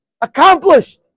accomplished